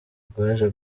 rwaje